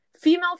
Female